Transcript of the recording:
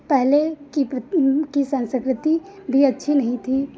पहले की प्र की संस्कृति भी अच्छी नहीं थी